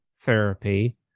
therapy